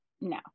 No